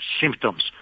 symptoms